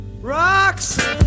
Rocks